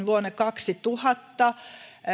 vuonna kaksituhatta